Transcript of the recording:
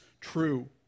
true